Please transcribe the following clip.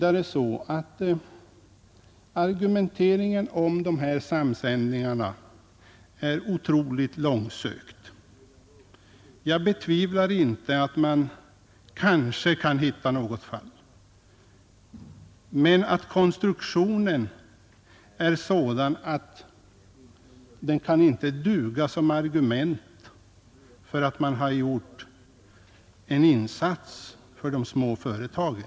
Argumenteringen om samsändningar är otroligt långsökt. Jag betvivlar inte att man kanske kan hitta något fall, men konstruktionen är inte sådan att den kan duga som argument för ett påstående att man här gjort en insats för de små företagen.